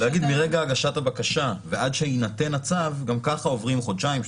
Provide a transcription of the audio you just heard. להגיד מרגע הגשת הבקשה ועד שיינתן הצו גם ככה עוברים חודשיים,